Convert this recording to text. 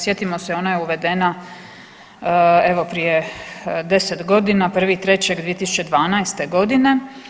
Sjetimo se ona je uvedena evo prije 10 godina 1.3.2012. godine.